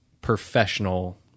professional